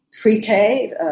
pre-K